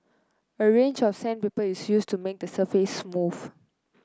a range of sandpaper is used to make the surface smooth